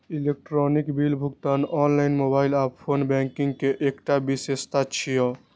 electronic bill भुगतान online, mobile आ phone banking के एकटा विशेषता छियै